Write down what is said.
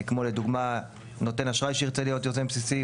כמו לדוגמה נותן אשראי שירצה להיות יוזם בסיסי,